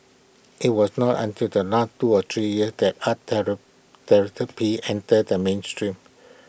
IT was not until the last two to three years that art therapy entered the mainstream